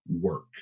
work